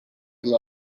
loved